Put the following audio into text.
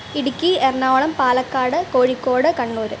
Idukki Ernakulam Palakkad Kozhikode Kannur